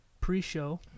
pre-show